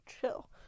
chill